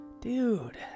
Dude